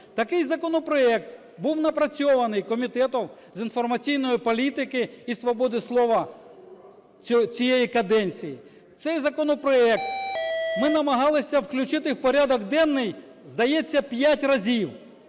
Такий законопроект був напрацьований Комітетом з інформаційної політики і свободи слова цієї каденції. Цей законопроект ми намагалися включити в порядок денний, здається, 5 разів,